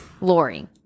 Lori